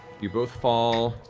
you both fall